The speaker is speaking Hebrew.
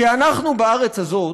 כי אנחנו בארץ הזאת,